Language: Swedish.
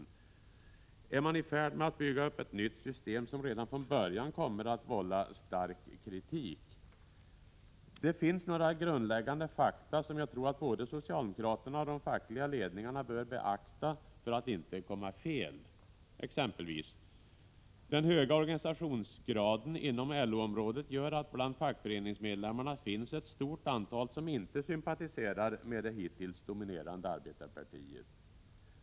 Är socialdemokraterna i färd med att bygga upp ett nytt system, som redan från början kommer att vålla stark kritik? Det finns några grundläggande fakta som både socialdemokraterna och de fackliga ledningarna bör beakta för att inte komma fel. Exempelvis: Den höga organisationsgraden inom LO-området gör att bland fackföreningsmedlemmarna finns ett stort antal som inte sympatiserar med det hittills dominerande arbetarpartiet.